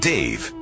Dave